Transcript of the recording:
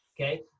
Okay